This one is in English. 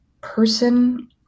person